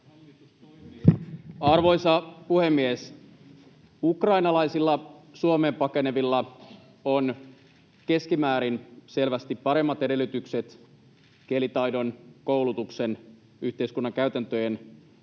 Arvoisa puhemies! Ukrainalaisilla Suomeen pakenevilla on keskimäärin selvästi paremmat edellytykset kielitaidon, koulutuksen ja yhteiskunnan käytäntöjen kautta